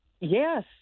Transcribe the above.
Yes